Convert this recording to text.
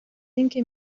اینکه